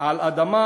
על אדמה